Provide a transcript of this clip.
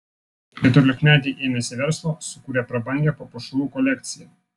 keturiolikmetė ėmėsi verslo sukūrė prabangią papuošalų kolekciją